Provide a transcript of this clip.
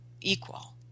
equal